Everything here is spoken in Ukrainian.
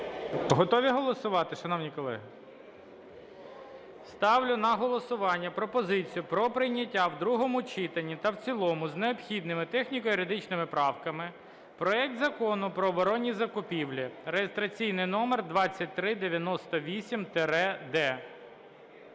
Готові голосувати, шановні колеги? Ставлю на голосування пропозицію про прийняття в другому читанні та в цілому з необхідними техніко-юридичними правками проект Закону про оборонні закупівлі (реєстраційний номер 2398-д).